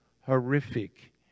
horrific